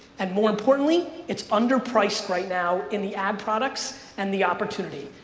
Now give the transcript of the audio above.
and more importantly, it's underpriced right now in the ad products and the opportunity.